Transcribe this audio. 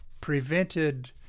prevented